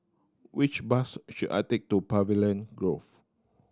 which bus should I take to Pavilion Grove